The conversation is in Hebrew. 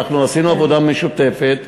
עשינו עבודה משותפת.